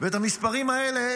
את המספרים האלה